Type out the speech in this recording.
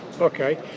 Okay